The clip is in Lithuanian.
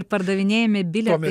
pardavinėjami bilietai